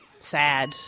sad